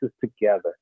together